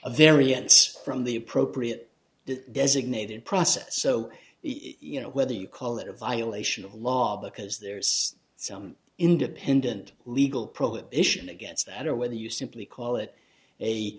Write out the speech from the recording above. variance from the appropriate designated process so you know whether you call it a violation of law because there's some independent legal prohibition against that or whether you simply call it a